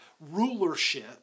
rulership